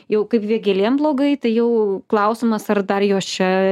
jau kaip vėgėlėm blogai tai jau klausimas ar dar jos čia